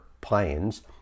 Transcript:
planes